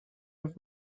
have